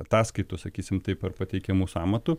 ataskaitų sakysim taip ar pateikiamų sąmatų